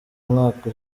mwaka